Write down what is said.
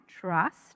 trust